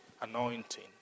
anointing